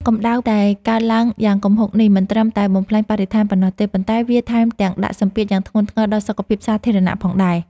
កម្ដៅដែលកើនឡើងយ៉ាងគំហុកនេះមិនត្រឹមតែបំផ្លាញបរិស្ថានប៉ុណ្ណោះទេ ប៉ុន្តែវាថែមទាំងដាក់សម្ពាធយ៉ាងធ្ងន់ធ្ងរដល់សុខភាពសាធារណៈផងដែរ។